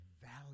value